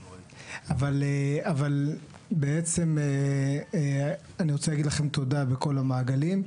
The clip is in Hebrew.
אבל בעצם אני רוצה להגיד לכם תודה בכל המעגלים,